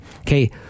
okay